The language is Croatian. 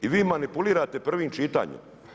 I vi manipulirate prvim čitanjem.